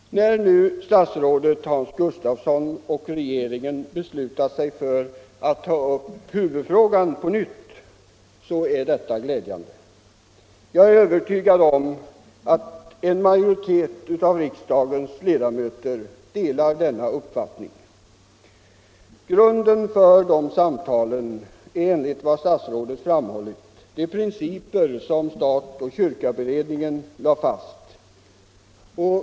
När nu statsrådet Hans Gustafsson och regeringen i övrigt beslutat sig för att ta upp huvudfrågan på nytt är detta glädjande. Jag är övertygad om att en majoritet av riksdagens ledamöter delar denna uppfattning. Grunden för de samtalen är enligt vad statsrådet framhållit de principer som stat-kyrka-beredningen lade fast.